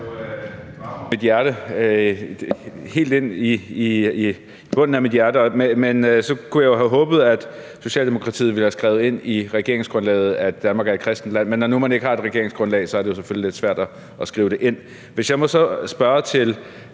jeg jo have håbet, at Socialdemokratiet ville have skrevet ind i regeringsgrundlaget, at Danmark er et kristent land. Men når nu man ikke har et regeringsgrundlag, er det selvfølgelig lidt svært at skrive det ind.